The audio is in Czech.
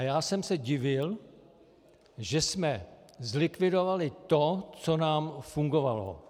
Já jsem se divil, že jsme zlikvidovali to, co nám fungovalo.